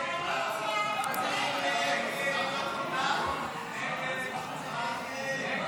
הסתייגות 1 לא נתקבלה.